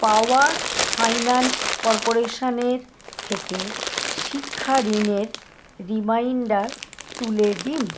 পাওয়ার finance কর্পোরেশনের থেকে শিক্ষা ঋণের রিমাইন্ডার তুলে দিন